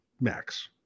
max